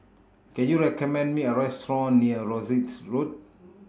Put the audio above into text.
Can YOU recommend Me A Restaurant near Rosyth Road